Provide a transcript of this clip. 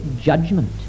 judgment